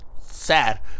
sad